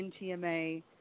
NTMA